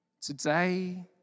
Today